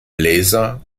laser